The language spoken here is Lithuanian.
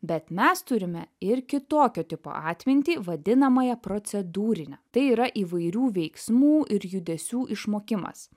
bet mes turime ir kitokio tipo atmintį vadinamąją procedūrinę tai yra įvairių veiksmų ir judesių išmokimas